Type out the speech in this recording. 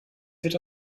wird